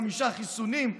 חמישה חיסונים,